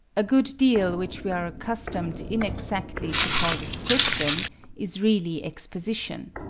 a good deal which we are accustomed inexactly to call description is really exposition.